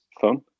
phone